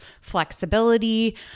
flexibility